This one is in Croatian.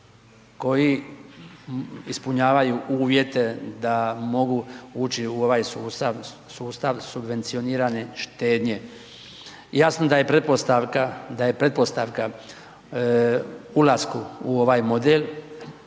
koji ispunjavaju uvjete da mogu ući u ovaj sustav subvencionirane štednje. Jasno da je pretpostavka ulasku u ovaj model